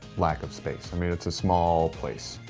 lack of space, i mean, it's a small place.